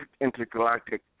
intergalactic